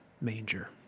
manger